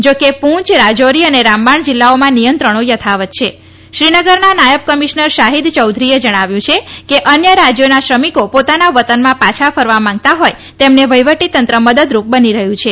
જા કે પંચ રાજારી અને રામબાણ જીલ્લાઓમાં નિયંત્રણો યથાવત છે શ્રીનગરના નાયબ કમિશ્નર શાહીદ ચૌધરીએ જણાવ્યું છે કે અન્ય રાજયોના શ્રમીકો પોતાના વતનમાં પાછા ફરવા માંગતા હોથ તેમને વહીવટી તંત્ર મદદરૂપ બની રહ્યું છે